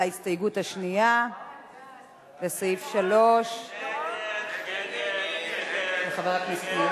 ההסתייגות השנייה של חבר הכנסת מאיר שטרית.